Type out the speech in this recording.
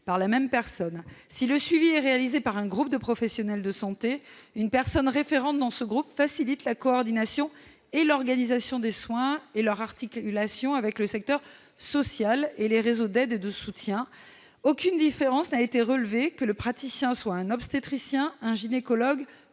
par la même personne. Si le suivi est réalisé par un groupe de professionnels de santé, une personne " référente " dans ce groupe facilite la coordination et l'organisation des soins et leur articulation avec le secteur social et les réseaux d'aide et de soutien. » Aucune différence n'a été relevée, que le praticien soit un obstétricien, un gynécologue,